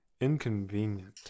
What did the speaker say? inconvenient